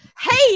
hey